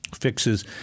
Fixes